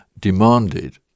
demanded